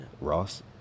Ross